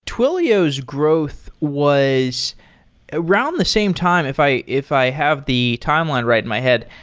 twilio's growth was around the same time if i if i have the timeline right in my head,